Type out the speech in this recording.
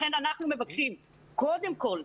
לכן אנחנו מבקשים קודם כול,